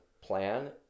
plan